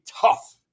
tough